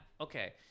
okay